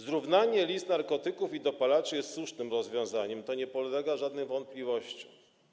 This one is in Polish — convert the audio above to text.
Zrównanie list narkotyków i dopalaczy jest słusznym rozwiązaniem, to nie ulega żadnej wątpliwości.